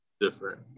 different